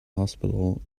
hospital